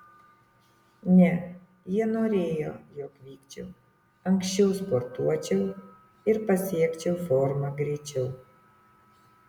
ne jie norėjo jog vykčiau anksčiau sportuočiau ir pasiekčiau formą greičiau